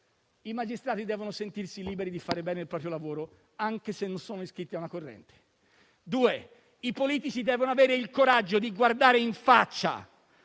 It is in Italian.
i magistrati devono sentirsi liberi di fare bene il proprio lavoro, anche se non sono iscritti a una corrente; i politici devono avere il coraggio di guardare in faccia